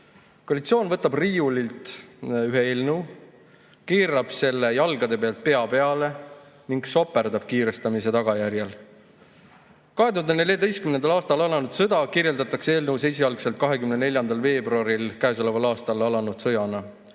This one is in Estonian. Koalitsioon võtab riiulilt ühe eelnõu, keerab selle jalgadelt pea peale ning soperdab kiirustamise tagajärjel. 2014. aastal alanud sõda kirjeldatakse eelnõus esialgselt 24. veebruaril käesoleval aastal alanud sõjana.